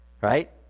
right